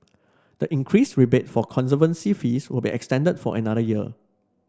the increased rebate for conservancy fees will be extended for another year